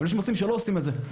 אבל יש מרצים שלא עושים את זה.